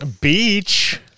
Beach